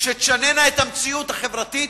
שישנו את המציאות החברתית